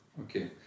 okay